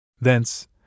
Thence